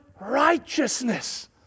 righteousness